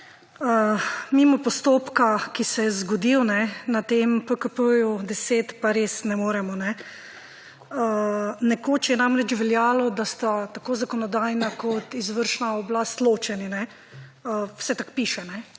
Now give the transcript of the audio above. Mimo postopka, ki se je zgodil na tem PKP10 pa res ne moremo. Nekoč je namreč veljalo, da sta tako zakonodajna kot izvršna oblast ločeni, vsaj tako piše.